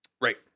right